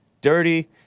dirty